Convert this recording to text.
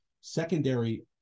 secondary